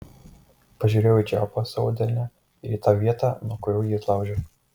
pažiūrėjau į čiaupą savo delne ir į tą vietą nuo kurio jį atlaužiau